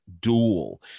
Duel